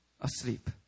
asleep